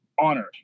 honored